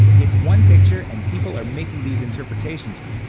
it's one picture and people are making these interpretations